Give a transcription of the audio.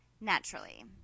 naturally